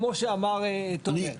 כמו שאמר תומר.